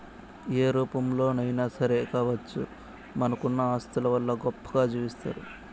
ఏ రూపంలోనైనా సరే కావచ్చు మనకున్న ఆస్తుల వల్ల గొప్పగా జీవిస్తారు